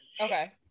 Okay